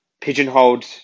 pigeonholed